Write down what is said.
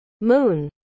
moon